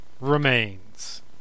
remains